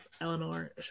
Eleanor